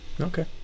Okay